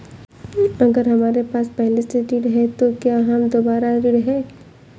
अगर हमारे पास पहले से ऋण है तो क्या हम दोबारा ऋण हैं?